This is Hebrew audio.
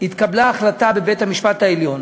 התקבלה החלטה בבית-המשפט העליון,